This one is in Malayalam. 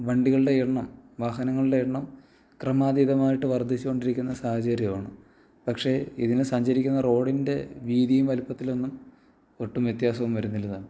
വണ്ടികളുടെ എണ്ണം വാഹനങ്ങളുടെ എണ്ണം ക്രമാതീതമായിട്ടു വർദ്ധിച്ചു കൊണ്ടിരിക്കുന്ന സാഹചര്യമാണ് പക്ഷെ ഇതിനു സഞ്ചരിക്കുന്ന റോഡിൻ്റെ വീതിയും വലിപ്പത്തിലൊന്നും ഒട്ടും വ്യത്യാസവും വരുന്നില്ലതാനും